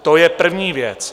To je první věc.